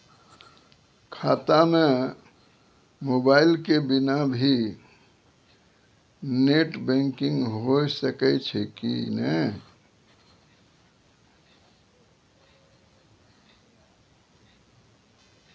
खाता म मोबाइल के बिना भी नेट बैंकिग होय सकैय छै कि नै?